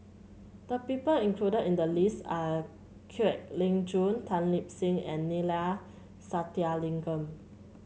the people included in the list are Kwek Leng Joo Tan Lip Seng and Neila Sathyalingam